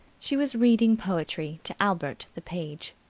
she was reading poetry to albert the page.